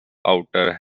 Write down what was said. outer